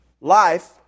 Life